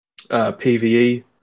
PVE